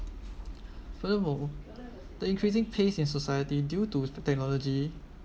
furthermore the increasing pace in society due to technology